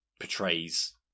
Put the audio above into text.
portrays